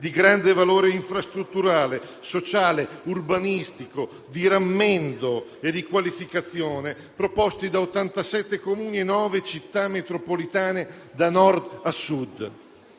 di grande valore infrastrutturale, sociale urbanistico, di rammendo e di qualificazione proposti da 87 Comuni e 9 Città metropolitane, da Nord a Sud.